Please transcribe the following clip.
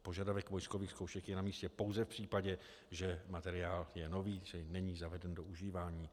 Požadavek vojskových zkoušek je na místě pouze v případě, že materiál je nový, čili není zaveden do užívání.